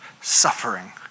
suffering